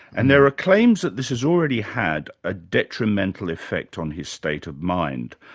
and there are claims that this has already had a detrimental effect on his state of mind.